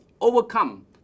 overcome